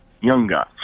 younger